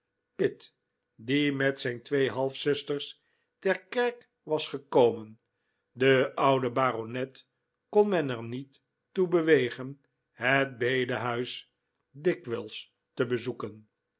pitt die met zijn twee halfzusters ter kerk was gekomen den ouden baronet kon men er niet toe bewegen het bedehuis dikwijls te bezoeken